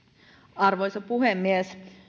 arvoisa puhemies